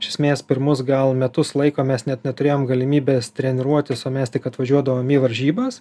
iš esmės pirmus gal metus laiko mes net neturėjom galimybės treniruotis o mes tik važiuodavom į varžybas